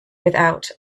without